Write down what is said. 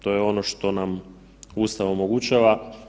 To je ono što nam Ustav omogućava.